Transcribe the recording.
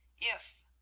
if